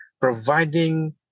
providing